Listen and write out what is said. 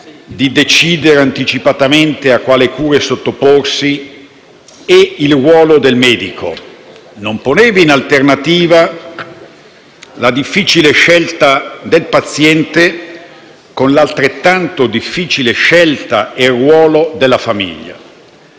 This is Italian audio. di decidere anticipatamente a quale cura sottoporsi e il ruolo del medico; non poneva in alternativa la difficile scelta del paziente con l'altrettanto difficile scelta e ruolo della famiglia.